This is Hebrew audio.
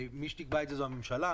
מי שתקבע את זה זאת הממשלה.